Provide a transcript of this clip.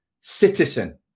citizen